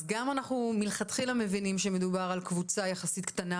אז גם אנחנו מלכתחילה מבינים שמדובר על קבוצה יחסית קטנה